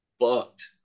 fucked